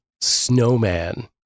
Snowman